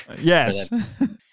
yes